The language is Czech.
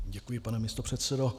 Děkuji, pane místopředsedo.